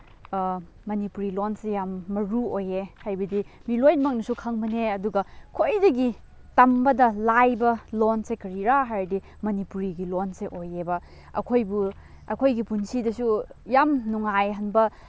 ꯃꯅꯤꯄꯨꯔꯤ ꯂꯣꯟꯁꯦ ꯌꯥꯝ ꯃꯔꯨ ꯑꯣꯏꯌꯦ ꯍꯥꯏꯕꯗꯤ ꯃꯤ ꯂꯣꯏꯅꯃꯛꯅꯁꯨ ꯈꯪꯕꯅꯦ ꯑꯗꯨꯒ ꯈ꯭ꯋꯥꯏꯗꯒꯤ ꯇꯝꯕꯗ ꯂꯥꯏꯕ ꯂꯣꯟꯁꯦ ꯀꯔꯤꯔꯥ ꯍꯥꯏꯔꯗꯤ ꯃꯅꯤꯄꯨꯔꯤꯒꯤ ꯂꯣꯟꯁꯦ ꯑꯣꯏꯌꯦꯕ ꯑꯩꯈꯣꯏꯕꯨ ꯑꯩꯈꯣꯏꯒꯤ ꯄꯨꯟꯁꯤꯗꯁꯨ ꯌꯥꯝ ꯅꯨꯡꯉꯥꯏꯍꯟꯕ